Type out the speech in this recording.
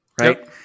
right